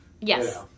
Yes